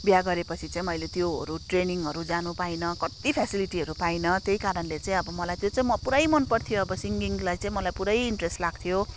बिहे गरेपछि चाहिँ मैले त्योहरू ट्रेनिङहरू जानु पाइनँ कत्ति फेसिलिटीहरू पाइनँ त्यही कारणले चाहिँ अब मलाई त्यो चाहिँ मलाई पुरै मनपर्थ्यो अब सिङ्गिङलाई चाहिँ मलाई पुरै इन्ट्रेस्ट लाग्थ्यो